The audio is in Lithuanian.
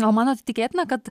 o manot tikėtina kad